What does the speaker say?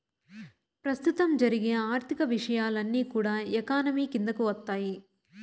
ప్రస్తుతం జరిగే ఆర్థిక విషయాలన్నీ కూడా ఎకానమీ కిందికి వత్తాయి